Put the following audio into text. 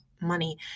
money